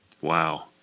Wow